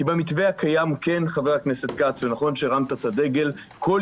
זה נכון שהרמת את הדגל, חבר הכנסת כץ.